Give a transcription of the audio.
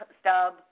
stub